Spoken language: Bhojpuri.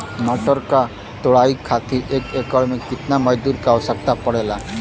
मटर क तोड़ाई खातीर एक एकड़ में कितना मजदूर क आवश्यकता पड़ेला?